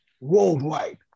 worldwide